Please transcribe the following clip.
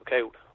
okay